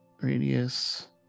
radius